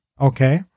Okay